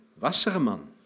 Wasserman